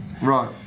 Right